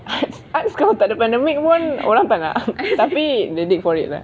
arts arts kalau tak ada pandemic pun orang tak nak tapi the need for it lah